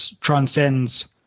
transcends